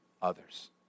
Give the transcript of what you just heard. others